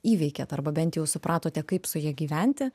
įveikėt arba bent jau supratote kaip su ja gyventi